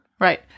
Right